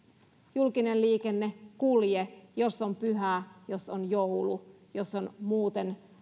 julkinen liikenne kulje jos on pyhä jos on joulu jos on muuten